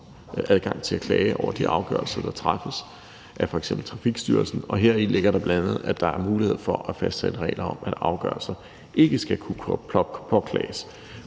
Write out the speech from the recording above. om adgang til at klage over de afgørelser, der træffes af f.eks. Trafikstyrelsen, og heri ligger der bl.a., at der er mulighed for at fastsætte regler om, at afgørelser ikke skal kunne påklages.